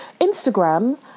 Instagram